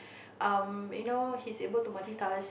um you know he's able to multitask